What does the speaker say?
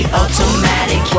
automatic